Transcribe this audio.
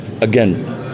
again